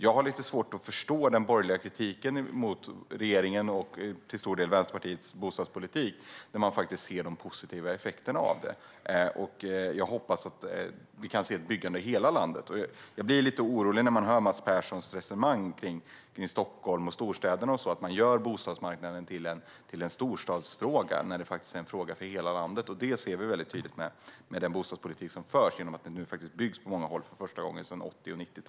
Jag har lite svårt att förstå den borgerliga kritiken mot regeringens och till stor Vänsterpartiets bostadspolitik när man kan se de positiva effekterna av det. Jag hoppas att vi kommer att se ett byggande i hela landet. Jag blir lite orolig när jag hör Mats Perssons resonemang om Stockholm och storstäderna. Han gör bostadsmarknaden till en storstadsfråga, när det är en fråga för hela landet. Det ser vi tydligt med den bostadspolitik som förs, eftersom det på många håll byggs för första gången sedan 80 och 90talen.